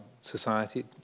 society